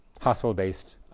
hospital-based